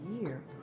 year